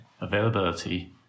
availability